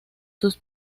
sus